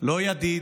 לא ידיד,